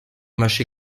mâché